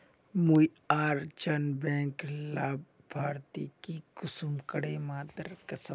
मुई एक जन बैंक लाभारती आर कुंसम करे जोड़वा सकोहो ही?